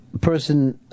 person